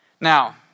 now